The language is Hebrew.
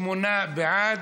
שמונה בעד,